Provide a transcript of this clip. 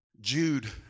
Jude